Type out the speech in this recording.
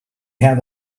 had